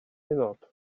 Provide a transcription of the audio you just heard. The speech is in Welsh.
hynod